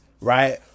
Right